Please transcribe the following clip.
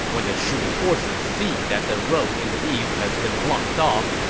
when the shu forces see that the road in the east has been blocked off,